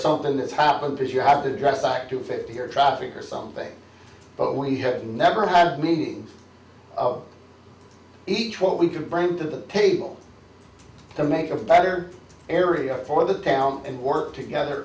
something has happened because you have to dress like two fifty year traffic or something but we have never had need of each what we can bring to the table to make a better area for the town and work together